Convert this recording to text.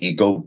Ego